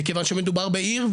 מכיוון שמדובר בעיר,